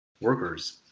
workers